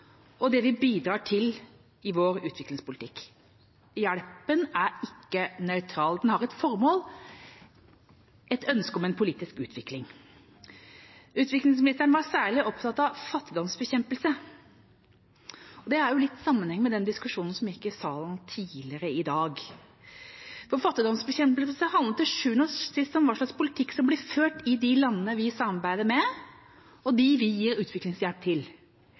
og det vi bidrar til i vår utviklingspolitikk. Hjelpen er ikke nøytral. Den har et formål: et ønske om en politisk utvikling. Utviklingsministeren var særlig opptatt av fattigdomsbekjempelse, og det har litt sammenheng med den diskusjonen som gikk i salen tidligere i dag. For fattigdomsbekjempelse handler til sjuende og sist om hva slags politikk som blir ført i de landene vi samarbeider med og gir utviklingshjelp til.